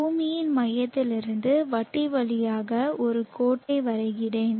பூமியின் மையத்திலிருந்து வட்டி வழியாக ஒரு கோட்டை வரைகிறேன்